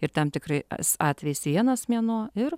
ir tam tikrais atvejais vienas mėnuo ir